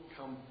come